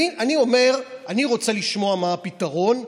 אני רוצה לשמוע מה הפתרון,